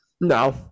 No